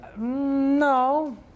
No